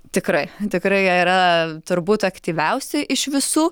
tikrai tikrai jie yra turbūt aktyviausi iš visų